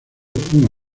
una